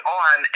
on